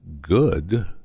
good